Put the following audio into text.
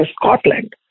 Scotland